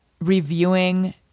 reviewing